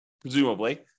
presumably